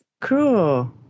cool